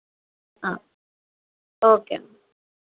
okay అమ్మా